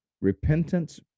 repentance